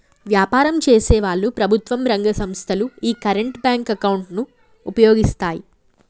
వ్యాపారం చేసేవాళ్ళు, ప్రభుత్వం రంగ సంస్ధలు యీ కరెంట్ బ్యేంకు అకౌంట్ ను వుపయోగిత్తాయి